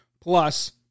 plus